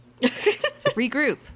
Regroup